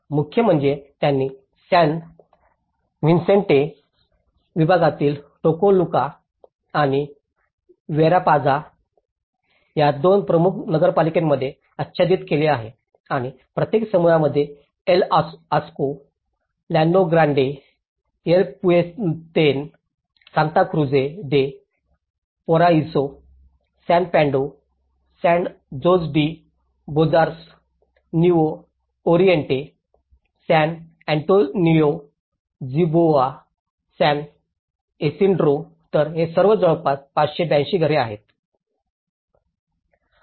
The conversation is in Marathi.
मुख्य म्हणजे त्यांनी सॅन व्हिएन्टे विभागातील टेकोलुका आणि वेरापाझ या दोन प्रमुख नगरपालिकांमध्ये आच्छादित केले आहे आणि प्रत्येक समुदायामध्ये El Arco Llano Grande El Puente Santa Cruz de Paraiso San Pedro Sand Jose de Borjas Nuevo Oriente San Antonio Jiboa San Isidro तर हे सर्व जवळजवळ 582 घरे आहेत